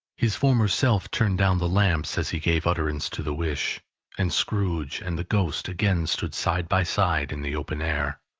his former self turned down the lamps as he gave utterance to the wish and scrooge and the ghost again stood side by side in the open air.